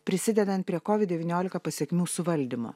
prisidedant prie covid devyniolika pasekmių suvaldymo